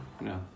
No